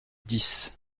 dix